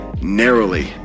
narrowly